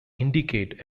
indicate